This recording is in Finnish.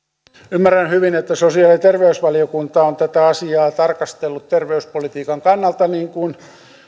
ymmärrän hyvin että sosiaali ja terveysvaliokunta on tätä asiaa tarkastellut terveyspolitiikan kannalta niin kuin